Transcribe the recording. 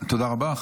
תודה רבה.